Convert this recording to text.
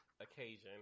occasion